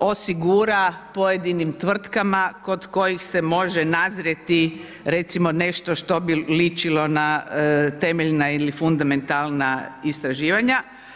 osigura pojedinim tvrtkama kod kojih se može nazrijeti recimo nešto što bi ličilo na temeljna ili fundamentalna istraživanja.